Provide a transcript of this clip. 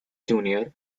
junior